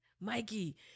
Mikey